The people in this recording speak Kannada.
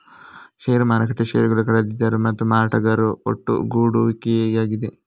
ಷೇರು ಮಾರುಕಟ್ಟೆಯು ಷೇರುಗಳ ಖರೀದಿದಾರರು ಮತ್ತು ಮಾರಾಟಗಾರರ ಒಟ್ಟುಗೂಡುವಿಕೆಯಾಗಿದೆ